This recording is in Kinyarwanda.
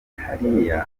hariya